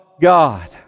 God